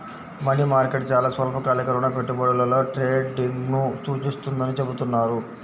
money market చాలా స్వల్పకాలిక రుణ పెట్టుబడులలో ట్రేడింగ్ను సూచిస్తుందని చెబుతున్నారు